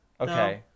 Okay